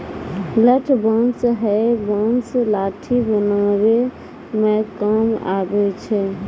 लठ बांस हैय बांस लाठी बनावै म काम आबै छै